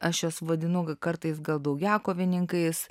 aš juos vadinu kartais gal daugiakovininkai jis